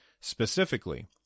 specifically